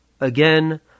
again